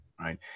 right